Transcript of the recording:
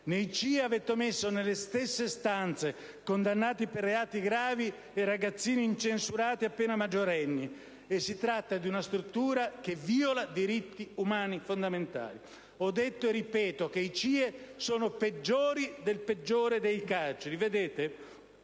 Nei CIE avete messo nelle stesse stanze condannati per reati gravi e ragazzini incensurati, appena maggiorenni, e si tratta di una struttura che viola diritti umani fondamentali. Ho detto, e ripeto, che i CIE sono peggiori del peggiore dei